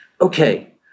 Okay